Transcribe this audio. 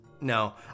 no